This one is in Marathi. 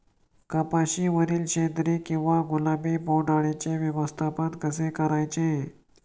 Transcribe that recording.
कपाशिवरील शेंदरी किंवा गुलाबी बोंडअळीचे व्यवस्थापन कसे करायचे?